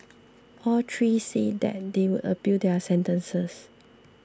all three said they would appeal their sentences